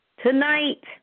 tonight